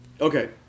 Okay